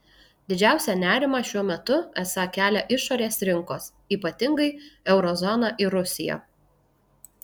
didžiausią nerimą šiuo metu esą kelia išorės rinkos ypatingai euro zona ir rusija